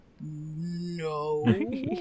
No